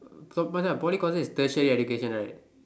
so Macha Poly courses is tertiary education right